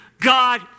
God